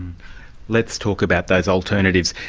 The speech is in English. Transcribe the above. let's talk about those alternatives.